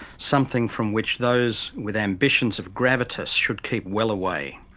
something from which those with ambitions of gravitas should keep well away.